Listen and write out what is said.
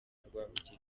rwabugili